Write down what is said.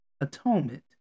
atonement